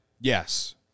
Yes